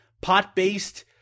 pot-based